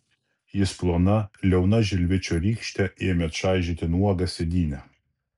jis plona liauna žilvičio rykšte ėmė čaižyti nuogą sėdynę